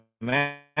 Man